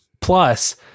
plus